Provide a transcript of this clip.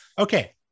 Okay